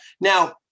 now